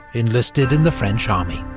enlisted in the french army.